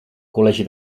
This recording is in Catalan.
col·legi